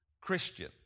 Christian